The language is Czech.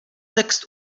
text